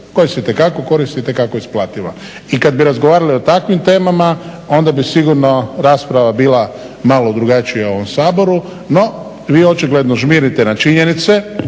koja se itekako koristi i itekako je isplativa. I kad bi razgovarali o takvim temama onda bi sigurno rasprava bila malo drugačija u ovom Saboru. No, vi očigledno žmirite na činjenice,